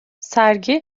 sergi